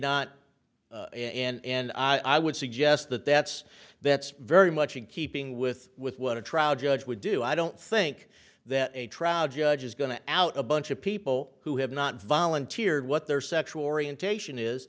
not and i would suggest that that's that's very much in keeping with with what a trial judge would do i don't think that a trial judge is going to out a bunch of people who have not volunteered what their sexual orientation is